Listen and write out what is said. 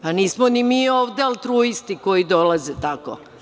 Pa, nismo ni mi ovde altruisti koji dolaze tako.